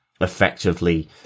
effectively